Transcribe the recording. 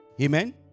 Amen